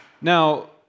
now